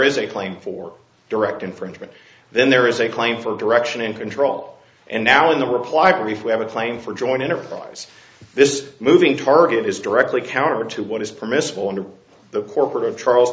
is a claim for direct infringement then there is a claim for direction and control and now in the reply brief we have a claim for joint enterprise this is a moving target is directly counter to what is permissible under the corporate of charles